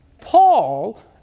Paul